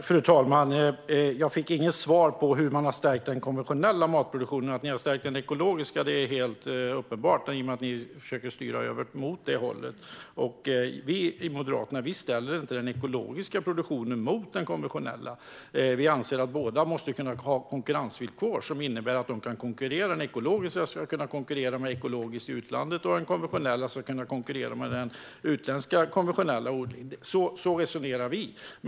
Fru talman! Jag fick inget svar på hur ni har stärkt den konventionella matproduktionen, Stina Bergström. Att ni har stärkt den ekologiska är helt uppenbart, i och med att ni försöker styra åt det hållet. Moderaterna ställer inte den ekologiska produktionen mot den konventionella. Vi anser att båda måste ha konkurrensvillkor som innebär att den ekologiska produktionen kan konkurrera med ekologisk mat från utlandet och att den konventionella maten kan konkurrera med den utländska konventionella maten. Så resonerar vi.